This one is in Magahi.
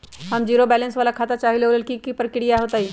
हम जीरो बैलेंस वाला खाता चाहइले वो लेल की की प्रक्रिया होतई?